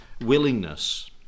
willingness